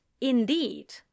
indeed